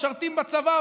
משרתים בצבא,